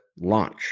launch